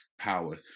power